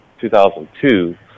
2002